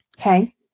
okay